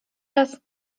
raz